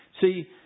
See